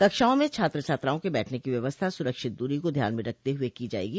कक्षाओं में छात्र छात्राओं के बैठने की व्यवस्था सुरक्षित दूरी को ध्यान में रखते हुए की जाएगी